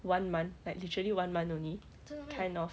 one month like literally one month only kind of